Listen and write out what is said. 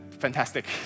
fantastic